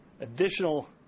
additional